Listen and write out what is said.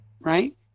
right